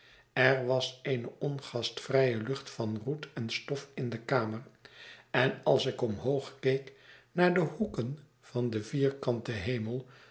er was eene ongastvrije lucht van roet en stof in de kamer en als ik omhoog keek naar de hoeken van den vierkanten hemel